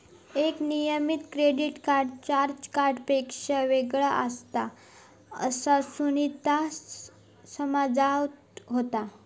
एक नियमित credit card charge कार्डपेक्षा वेगळा असता, असा सुनीता समजावत होता